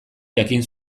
jakin